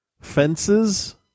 Fences